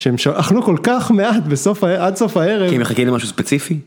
שהם אכלו כל כך מעט בסוף עד סוף הערב כי הם מחכים למשהו ספציפי?